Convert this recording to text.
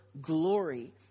glory